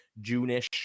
June-ish